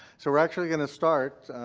so we're actually going to start,